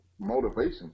motivation